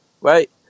right